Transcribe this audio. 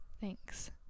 Thanks